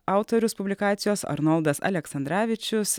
autorius publikacijos arnoldas aleksandravičius